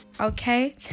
Okay